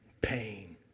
Pain